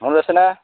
মনত আছে না